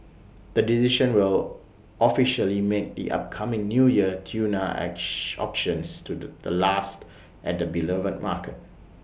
the decision will officially make the upcoming New Year tuna auctions to the the last at the beloved market